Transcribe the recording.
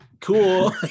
Cool